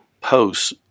posts